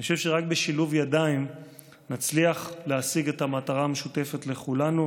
אני חושב שרק בשילוב ידיים נצליח להשיג את המטרה המשותפת לכולנו.